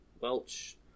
Welch